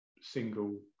single